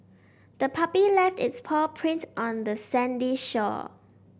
the puppy left its paw prints on the sandy shore